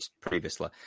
previously